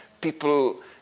people